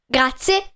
Grazie